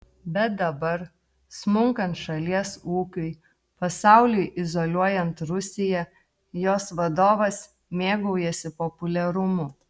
bet dabar smunkant šalies ūkiui pasauliui izoliuojant rusiją jos vadovas mėgaujasi populiarumu